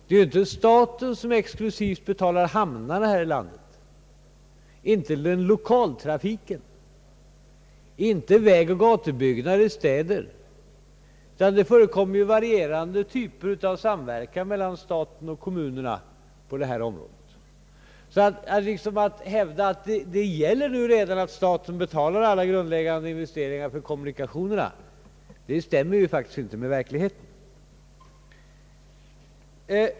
Det är inte staten ensam som betalar ett lands hamnar, inte heller lokaltrafiken eller vägoch gatubyggnader i städerna, utan det förekommer varierande typer av samverkan mellan staten och kommunerna på detta område. Att hävda att det redan nu är staten som betalar alla de grundläggande investeringarna för kommunikationerna stämmer alltså inte med verkligheten.